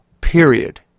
period